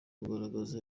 kugaragaza